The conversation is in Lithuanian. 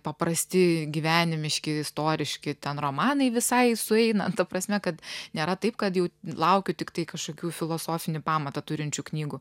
paprasti gyvenimiški istoriški ten romanai visai sueina ta prasme kad nėra taip kad jau laukiu tiktai kažkokių filosofinį pamatą turinčių knygų